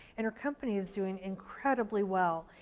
and her company is doing incredibly well.